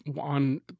on